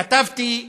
כתבתי: